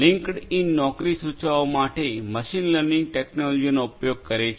LinkedIn નોકરી સૂચવવા માટે મશીન લર્નિંગ ટેકનોલોજીનો ઉપયોગ કરે છે